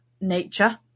nature